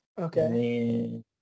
Okay